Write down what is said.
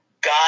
God